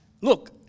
look